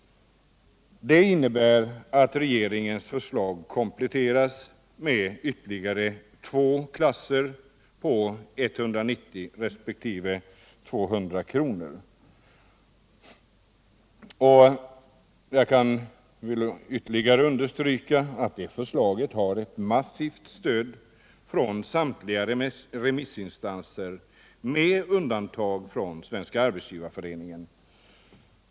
Det innebär att regeringens förslag kompletteras med ytterligare två klasser på 190 resp. 200 kr. Jag vill understryka att detta förslag har fått ett massivt stöd från samtliga remissinstanser med undantag av Svenska arbetsgivareföreningen.